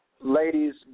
Ladies